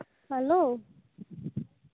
hello